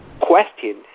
question